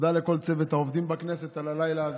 תודה לכל צוות העובדים בכנסת על הלילה הזה,